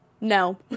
no